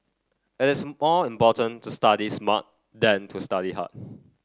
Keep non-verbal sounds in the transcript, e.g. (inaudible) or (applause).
it is more important to study smart than to study hard (noise)